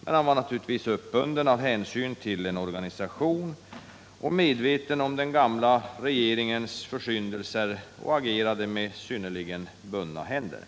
Men han var uppbunden av hänsyn till en organisation och medveten om den gamla regeringens försyndelser och agerade med bundna händer.